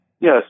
Yes